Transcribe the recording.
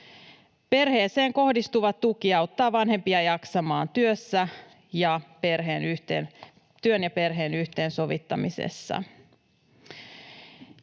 Perheeseen kohdistuva tuki auttaa vanhempia jaksamaan työssä ja työn ja perheen yhteensovittamisessa.